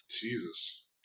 Jesus